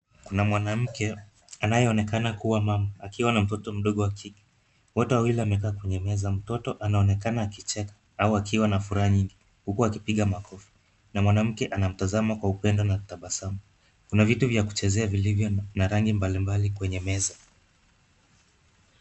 Kuna mwanamke, anayeonekana kuwa mama, akiwa na mtoto wa kike, wote wawili wamekaa kwenye meza, mtoto anaonekana akicheka, au mwenye furaha nyingi, huku akipiga makofi, na mwanamke anamtazama kwa upendo, na kutabasamu. Kuna vitu vya kuchezea vilivyo na rangi mbalimbali kwenye meza.